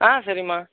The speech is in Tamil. ஆ சரிம்மா